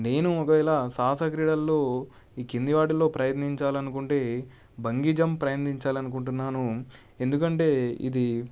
నేను ఒకవేళ సాహస క్రీడల్లో ఈ కింది వాటిలో ప్రయత్నించాలనుకుంటే బంగీ జంప్ ప్రయత్నించాలనుకుంటున్నాను ఎందుకంటే ఇది